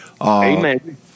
Amen